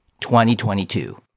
2022